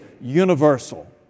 universal